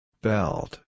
Belt